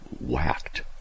whacked